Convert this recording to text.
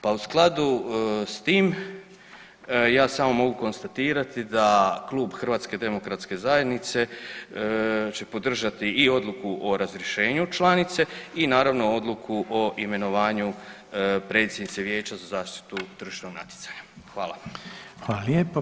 Pa u skladu s tim ja samo mogu konstatirati da klub HDZ-a će podržati i odluku o razrješenju članice i naravno odluku o imenovanju predsjednice Vijeća za zaštitu tržišnog natjecanja.